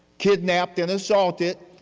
kidnapped and assaulted